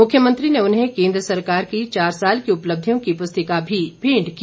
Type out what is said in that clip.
मुख्यमंत्री ने उन्हें केंद्र सरकार की चार साल की उपलब्धियों की पुस्तिका भी भेंट की